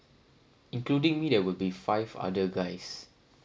including me there will be five other guys